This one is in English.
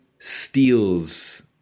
steals